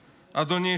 אבל מה צורם במיוחד?